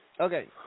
Okay